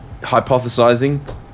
hypothesizing